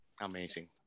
Amazing